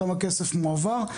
כמה כסף מועבר,